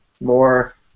more